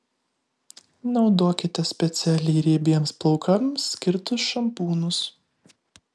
naudokite specialiai riebiems plaukams skirtus šampūnus